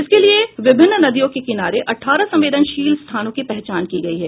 इसके लिए विभिन्न नदियों के किनारे अठारह संवदेनशील स्थानों की पहचान की गयी है